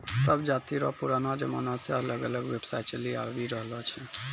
सब जाति रो पुरानो जमाना से अलग अलग व्यवसाय चलि आवि रहलो छै